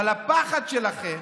אבל הפחד שלכם,